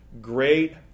great